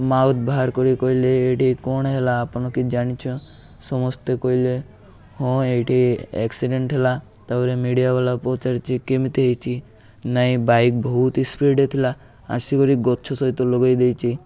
mouth ବାହାର କରିିକ କହିଲେ ଏଇଠି କ'ଣ ହେଲା ଆପଣ କି ଜାଣିଛ ସମସ୍ତେ କହିଲେ ହଁ ଏଇଠି ଏକ୍ସିଡ଼େଣ୍ଟ ହେଲା ତା'ପରେ ମିଡ଼ିଆ ବାଲା ପଚାରୁଛି କେମିତି ହେଇଛି ନାହିଁ ବାଇକ୍ ବହୁତ ସ୍ପିଡ଼୍ ଥିଲା ଆସି କରି ଗଛ ସହିତ ଲଗାଇ ଦେଇଛି